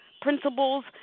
Principles